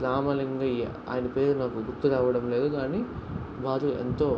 రామలింగయ్య ఆయన పేరు నాకు గుర్తురావడం లేదు కానీ వారు ఎంతో